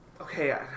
okay